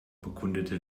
bekundete